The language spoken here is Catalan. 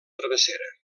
travessera